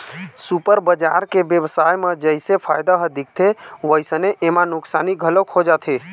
super बजार के बेवसाय म जइसे फायदा ह दिखथे वइसने एमा नुकसानी घलोक हो जाथे